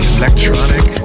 electronic